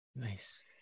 Nice